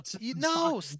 No